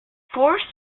fourths